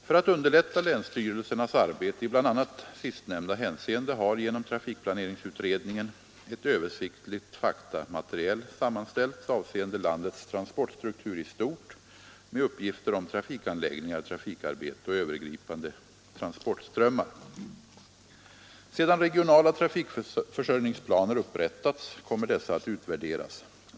För att underlätta länsstyrelsernas arbete i bl.a. sistnämnda hänseende har genom trafikplaneringsutredningen ett översiktligt faktamaterial sammanställts avseende landets transportstruktur i stort med uppgifter om trafikanläggningar, trafikarbete och övergripande transportströmmar. Sedan regionala trafikförsörjningsplaner upprättats, kommer dessa att utvärderas.